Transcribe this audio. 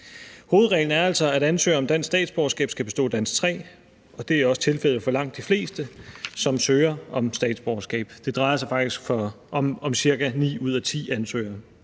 Hovedreglen er altså, at ansøgere om dansk statsborgerskab skal bestå Dansk 3, og det er også tilfældet for langt de fleste, som søger om statsborgerskab. Det drejer sig faktisk om cirka ni ud af ti ansøgere.